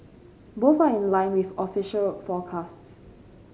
both are in line with official forecasts